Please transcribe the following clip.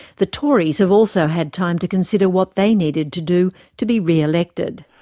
the tories have also had time to consider what they needed to do to be re-elected.